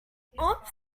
oops